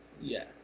Yes